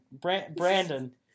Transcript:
Brandon